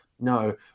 no